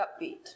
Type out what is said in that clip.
upbeat